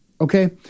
okay